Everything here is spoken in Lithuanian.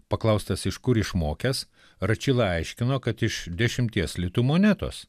paklaustas iš kur išmokęs račyla aiškino kad iš dešimties litų monetos